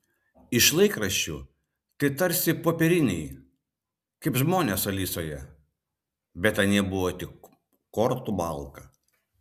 iš laikraščių tai tarsi popieriniai kaip žmonės alisoje bet anie buvo tik kortų malka